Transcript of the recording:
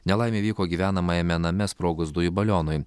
nelaimė įvyko gyvenamajame name sprogus dujų balionui